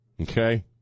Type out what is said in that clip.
Okay